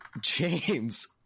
James